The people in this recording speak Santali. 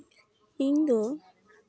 ᱤᱧᱫᱚ